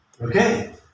Okay